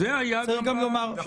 זה היה גם בממשלה הקודמת.